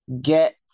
get